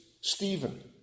Stephen